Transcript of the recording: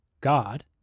God